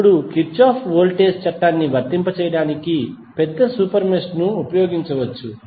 ఇప్పుడు Kirchhoff voltage చట్టాన్ని వర్తింపచేయడానికి పెద్ద సూపర్ మెష్ ఉపయోగించవచ్చు